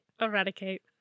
Eradicate